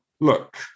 Look